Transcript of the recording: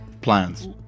plans